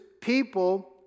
people